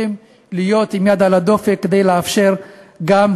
צריכים להיות עם יד על הדופק כדי לאפשר את הדברים,